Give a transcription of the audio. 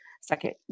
second